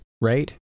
right